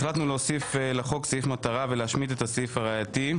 החלטנו להוסיף לחוק סעיף מטרה ולהשמיט את הסעיף הראייתי.